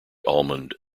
almond